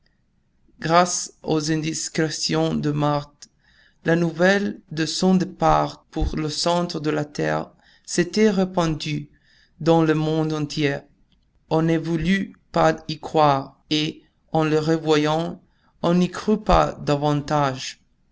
grâce aux indiscrétions de marthe la nouvelle de son départ pour le centre de la terre s'était répandue dans le monde entier on ne voulut pas y croire et en